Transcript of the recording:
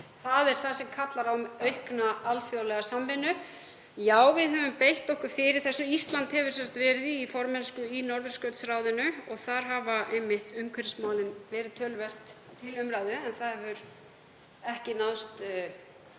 Það er það sem kallar á aukna alþjóðlega samvinnu. Já, við höfum beitt okkur fyrir þessu. Ísland hefur sem sagt verið í formennsku í Norðurskautsráðinu og þar hafa umhverfismálin verið töluvert til umræðu, en ekki hefur náðst